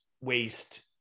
waste